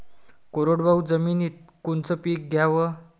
कोरडवाहू जमिनीत कोनचं पीक घ्याव?